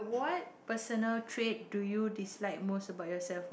what personal trip do you decide most for yourself